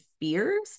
fears